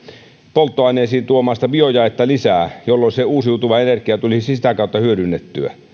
polttoaineisiin tuomaan biojaetta lisää jolloin se uusiutuva energia tulisi sitä kautta hyödynnettyä